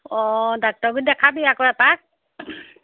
অঁ ডাক্তৰৰ গুৰিত দেখাবি আকৌ এপাক